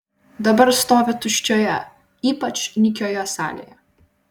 dabar stovi tuščioje ypač nykioje salėje